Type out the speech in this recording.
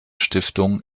stiftung